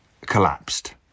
collapsed